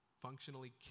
functionally